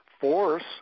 force